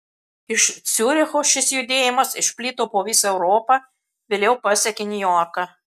iš ciuricho šis judėjimas išplito po visą europą vėliau pasiekė niujorką